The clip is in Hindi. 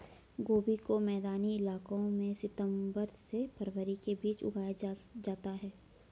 गोभी को मैदानी इलाकों में सितम्बर से फरवरी के बीच उगाया जाता है